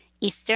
Eastern